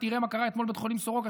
ותראה מה קרה אתמול בבית חולים סורוקה.